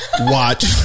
watch